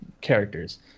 characters